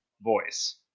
voice